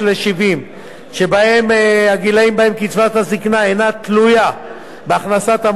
שהם הגילים בהם קצבת הזיקנה אינה תלויה בהכנסת המבוטח,